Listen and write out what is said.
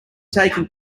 taking